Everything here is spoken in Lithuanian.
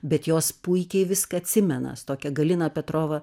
bet jos puikiai viską atsimena su tokia galina petrova